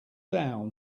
down